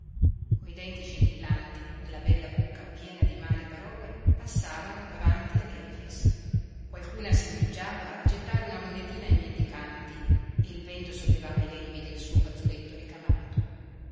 coi denti scintillanti nella bella bocca piena di male parole passavano davanti ad efix qualcuna s'indugiava a gettare una monetina ai mendicanti e il vento sollevava i lembi del suo fazzoletto ricamato